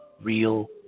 real